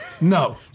No